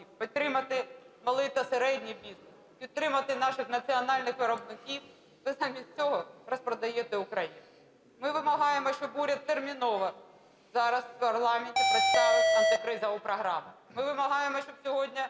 підтримати малий та середній бізнес, підтримати наших національних виробників, ви замість цього розпродаєте Україну. Ми вимагаємо, щоб уряд терміново зараз у парламенті представив антикризову програму. Ми вимагаємо, щоб сьогодні